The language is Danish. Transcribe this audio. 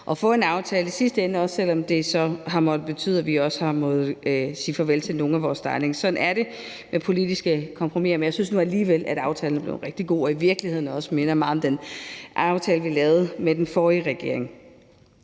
at få en aftale i sidste ende, også selv om det har måttet betyde, at vi har måttet sige farvel til nogle af vores darlings. Sådan er det med politiske kompromisser, men jeg synes nu alligevel, at aftalen er blevet rigtig god og i virkeligheden også minder meget om den aftale, vi lavede med den forrige regering.